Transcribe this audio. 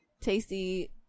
tasty